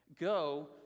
Go